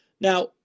Now